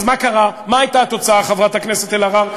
אז מה הייתה התוצאה, חברת הכנסת אלהרר?